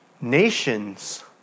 Nations